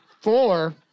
four